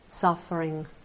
suffering